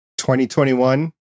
2021